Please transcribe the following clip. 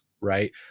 right